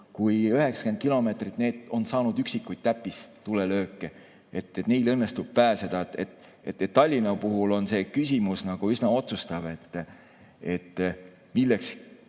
kui 90 kilomeetrit, on saanud üksikuid täppistulelööke, neil õnnestub pääseda. Tallinna puhul on see küsimus üsna otsustav selles